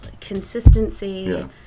consistency